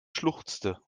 schluchzte